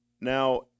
Now